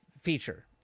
feature